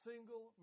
single